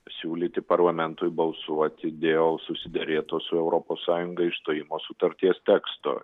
siūlyti parlamentui balsuoti dėl susiderėto su europos sąjunga išstojimo sutarties teksto